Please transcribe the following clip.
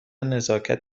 نزاکت